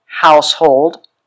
household